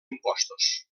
impostos